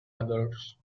others